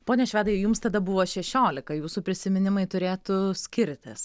pone švedai jums tada buvo šešiolika jūsų prisiminimai turėtų skirtis